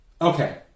Okay